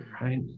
right